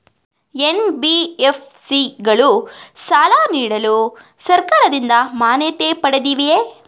NBFC ಗಳು ಸಾಲ ನೀಡಲು ಸರ್ಕಾರದಿಂದ ಮಾನ್ಯತೆ ಪಡೆದಿವೆಯೇ?